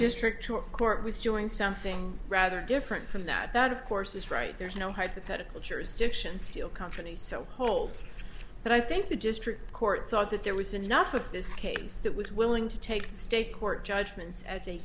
district court was doing something rather different from that that of course is right there's no hypothetical jurisdiction steel companies so holds but i think the district court thought that there was enough of this case that was willing to take state court judgments as a